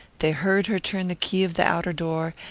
they heard her turn the key of the outer door,